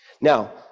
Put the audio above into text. Now